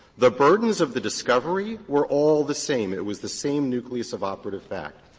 the burdens of the discovery were all the same. it was the same nucleus of operative facts.